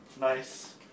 Nice